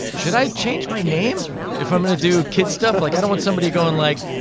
should i change my name if i'm going to do kid stuff? like, i don't want somebody going like,